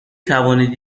توانید